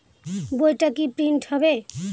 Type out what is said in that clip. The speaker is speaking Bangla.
বইটা কি প্রিন্ট হবে?